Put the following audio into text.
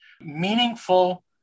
meaningful